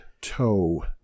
toe